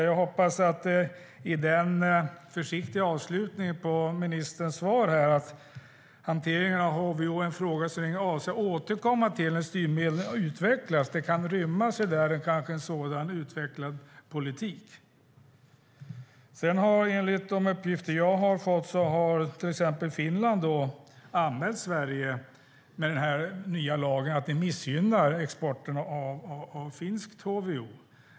Jag hoppas att det i den försiktiga avslutningen på ministerns svar, att hanteringen av HVO är en fråga regeringen avser att återkomma till när styrmedlen har utvecklats, kan rymmas en sådan utvecklad politik. Sedan har till exempel Finland, enligt de uppgifter jag har fått, anmält Sverige med anledning av den nya lagen och att det missgynnar exporten av finskt HVO.